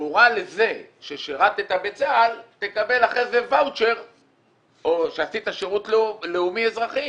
שבתמורה לזה ששירתָּ בצה"ל או שעשית שירות לאומי אזרחי